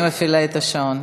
אני מפעילה את השעון.